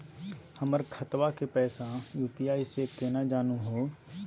हमर खतवा के पैसवा यू.पी.आई स केना जानहु हो?